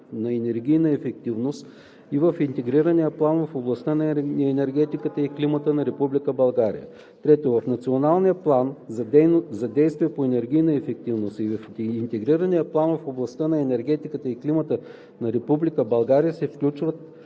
по енергийна ефективност и в Интегрирания план в областта на енергетиката и климата на Република България. (3) В Националния план за действие по енергийна ефективност и в Интегрирания план в областта на енергетиката и климата на Република България се включват